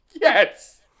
Yes